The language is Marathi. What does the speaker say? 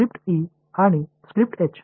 स्क्रिप्ट ई आणि स्क्रिप्ट एच